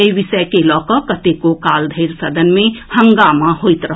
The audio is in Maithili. एहि विषय के लऽ कऽ कतेको काल धरि सदन मे हंगामा होइत रहल